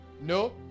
no